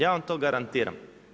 Ja vam to garantiram.